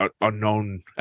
unknown